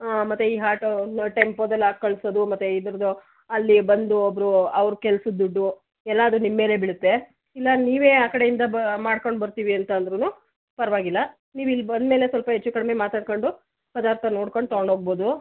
ಹಾಂ ಮತ್ತು ಈ ಹಾಟೋ ಟೆಂಪೋದಲ್ಲಿ ಹಾಕ್ ಕಳ್ಸೋದು ಮತ್ತು ಇದ್ರದ್ದು ಅಲ್ಲಿ ಬಂದು ಒಬ್ಬರು ಅವ್ರ ಕೆಲ್ಸದ ದುಡ್ಡು ಎಲ್ಲದು ನಿಮ್ಮ ಮೇಲೆ ಬೀಳುತ್ತೆ ಇಲ್ಲ ನೀವೇ ಆ ಕಡೆಯಿಂದ ಬ ಮಾಡ್ಕೊಂಡು ಬರುತ್ತೀವಿ ಅಂತ ಅಂದ್ರು ಪರವಾಗಿಲ್ಲ ನೀವು ಇಲ್ಲಿ ಬಂದಮೇಲೆ ಸ್ವಲ್ಪ ಹೆಚ್ಚು ಕಡ್ಮೆ ಮಾತಾಡಿಕೊಂಡು ಪದಾರ್ಥ ನೋಡ್ಕೊಂಡು ತಗೊಂಡು ಹೋಗ್ಬೊದು